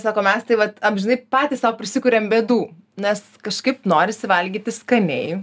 sako mes tai vat amžinai patys sau prisikuriam bėdų nes kažkaip norisi valgyti skaniai